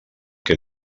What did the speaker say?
que